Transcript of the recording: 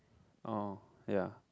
orh ya